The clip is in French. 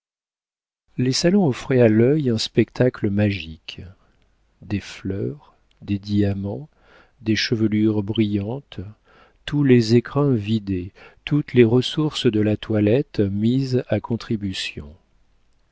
les salons offraient à l'œil un spectacle magique des fleurs des diamants des chevelures brillantes tous les écrins vidés toutes les ressources de la toilette mises à contribution